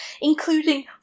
including